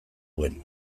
duen